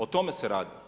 O tome se radi.